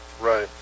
Right